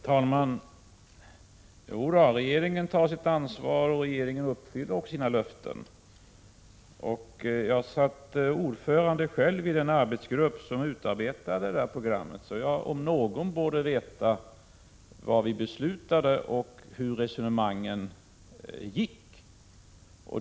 Herr talman! Regeringen tar sitt ansvar, och regeringen uppfyller sina löften. Jag satt själv ordförande i den arbetsgrupp som utarbetade det nämnda programmet. Jag om någon borde veta vad vi beslutade och hur resonemangen gick.